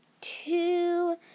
two